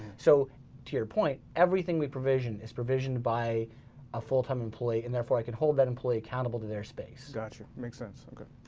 so to your point, everything we provision is provisioned by a full-time employee and therefore i can hold that employee accountable to their space. got you, makes sense, okay.